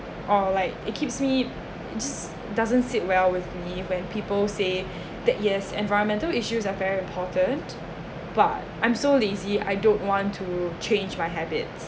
or like it keeps me it's just doesn't doesn't sit well with me when people say that yes environmental issues are very important but I'm so lazy I don't want to change my habits